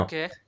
Okay